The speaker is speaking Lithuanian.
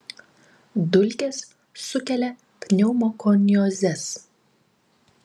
dulkės sukelia pneumokoniozes